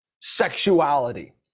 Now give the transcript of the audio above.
sexuality